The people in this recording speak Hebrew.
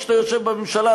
כשאתה יושב בממשלה,